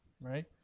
right